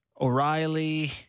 O'Reilly